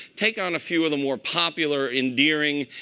take on a few of the more popular endearing,